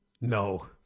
No